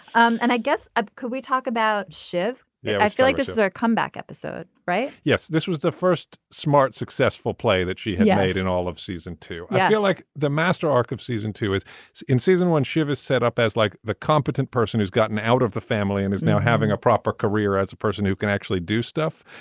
um and i guess ah could we talk about schiff. yeah. i feel like this is our comeback episode right yes. this was the first smart successful play that she made in all of season two. i feel like the master arc of season two is in season one she was set up as like the competent person who's gotten out of the family and is now having a proper career as a person who can actually do stuff.